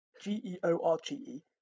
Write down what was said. g-e-o-r-g-e